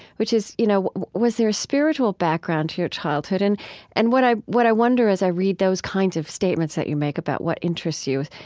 which is, you know, was there a spiritual background to your childhood? and and what i what i wonder as i read those kinds of statements that you make about what interests you,